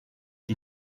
die